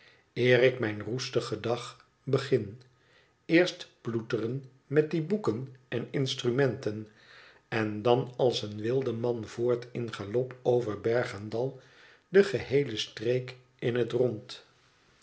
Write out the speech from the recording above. ik mijn roestigen dag begin eerst ploeteren met die boeken en instrumenten en dan als een wildeman voort in galop over berg en dal de geheele streek in het rond